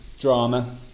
drama